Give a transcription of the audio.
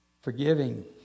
Forgiving